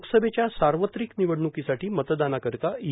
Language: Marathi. लोकसभेच्या सार्वत्रिक निवडणूकीसाठी मतदानाकरिता ई